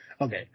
Okay